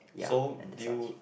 so do you